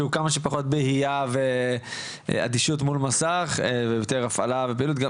שהוא כמה שפחות בהייה ואדישות מול מסך ויותר הפעלה ופעילות.